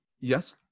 Yes